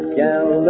gal